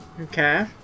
okay